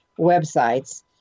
websites